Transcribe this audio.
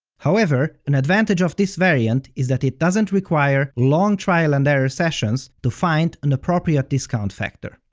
however, an advantage of this variant is that it doesn't require long trial and error sessions to find an appropriate discount factor.